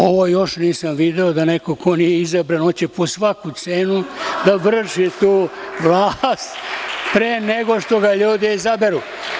Ovo još nisam video, da neko ko nije izabran hoće po svaku cenu da vrši tu vlast pre nego što ga ljudi izaberu.